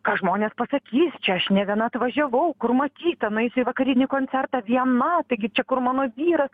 ką žmonės pasakys čia aš ne viena atvažiavau kur matyta nueisiu į vakarinį koncertą viena taigi čia kur mano vyras